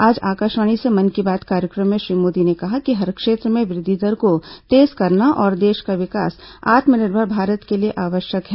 आज आकाशवाणी से मन की बात कार्यक्रम में श्री मोदी ने कहा कि हर क्षेत्र में वृद्धि दर को तेज करना और देश का विकास आत्मनिर्भर भारत के लिए आवश्यक है